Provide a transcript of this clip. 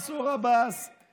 מנסור עבאס הרי לא מסכים.